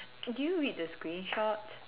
did you read the screenshots